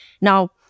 Now